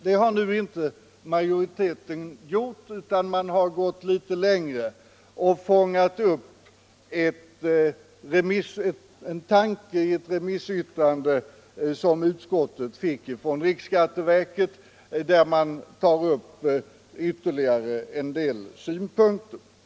Det har nu majoriteten inte gjort, utan den har gått litet längre och fångat in en tanke i ett remissyttrande som utskottet har fått från riksskatteverket, där ytterligare en del synpunkter tas upp.